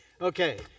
Okay